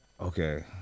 okay